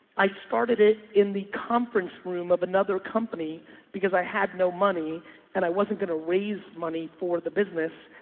i started it in the conference room of another company because i had no money and i wasn't going to raise money for the business.